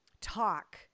talk